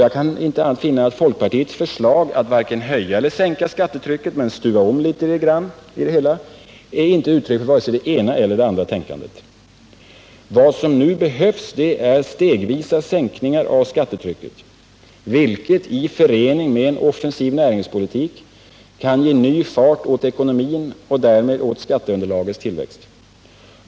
Jag kan inte heller finna att folkpartiets förslag att varken höja eller sänka skattetrycket, men stuva om litet grand i det, är uttryck för vare sig det ena eller det andra tänkandet. Nu behövs stegvisa sänkningar av skattetrycket, vilket i förening med en offensiv näringspolitik kan ge ny fart åt ekonomin och därmed åt skatteunderlagets tillväxt.